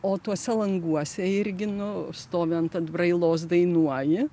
o tuose languose irgi nu stovi ant atbrailos dainuoji